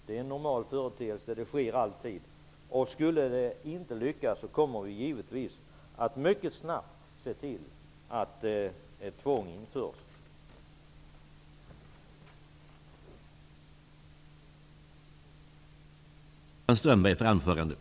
Det är det normala, och det sker alltid. Skulle programmet inte lyckas så kommer vi givetvis att se till att ett tvång införs mycket snabbt.